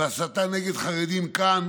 והסתה נגד חרדים כאן